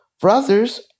brothers